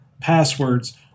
passwords